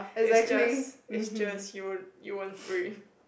it's just it's just you won't free